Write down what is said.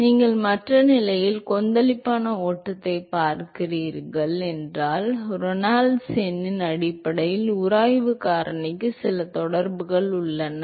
இப்போது நீங்கள் மற்ற நிலையில் கொந்தளிப்பான ஓட்டத்தைப் பார்க்கிறீர்கள் என்றால் ரேனால்ட்ஸ் எண்ணின் அடிப்படையில் உராய்வு காரணிக்கு சில தொடர்புகள் உள்ளன